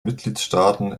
mitgliedstaaten